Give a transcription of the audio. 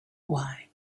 why